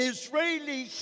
Israeli